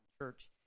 church